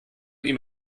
ihm